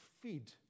feed